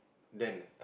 Dan eh